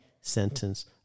sentence